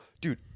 dude